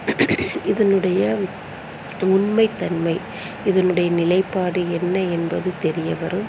இதனுடைய து உண்மை தன்மை இதனுடைய நிலைப்பாடு என்ன என்பது தெரிய வரும்